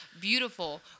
beautiful